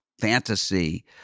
fantasy